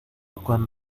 con